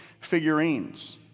figurines